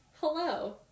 Hello